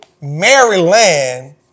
Maryland